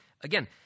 again